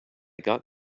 got